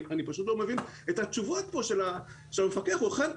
אני פשוט לא מבין את התשובות של הפקח שניתנות כאן.